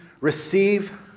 receive